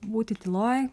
būti tyloj